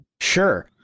Sure